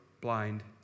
blind